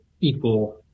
equal